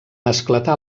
esclatar